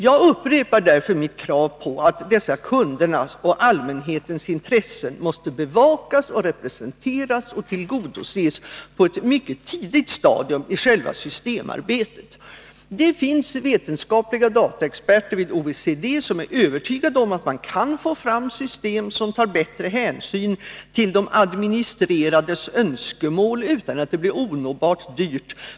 Jag upprepar därför mitt krav på att dessa kundernas och allmänhetens intressen måste bevakas, representeras och tillgodoses på ett mycket tidigt stadium i själva systemarbetet. Det finns vetenskapliga dataexperter vid OECD som är övertygade om att man kan få fram system som tar bättre hänsyn till de administrerades önskemål, utan att det blir onåbart dyrt.